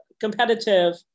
competitive